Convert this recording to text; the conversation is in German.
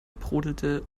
brodelte